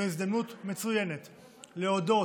זאת הזדמנות מצוינת להודות,